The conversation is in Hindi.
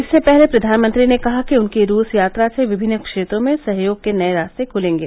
इससे पहले प्रधानमंत्री ने कहा कि उनकी रूस यात्रा से विभिन्न क्षेत्रों में सहयोग के नये रास्ते खुलेंगे